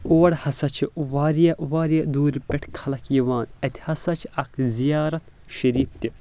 اور ہسا واریاہ واریاہ دوٗرِ پٮ۪ٹھ خلق یِوان اَتہِ ہسا چھ اکھ زِیارت شریٖف تہِ